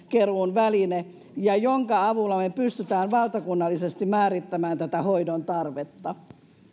väline ja jonka avulla me pystymme valtakunnallisesti määrittämään tätä hoidon tarvetta